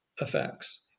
effects